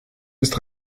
ist